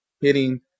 hitting